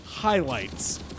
Highlights